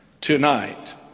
Tonight